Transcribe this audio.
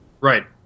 Right